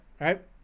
right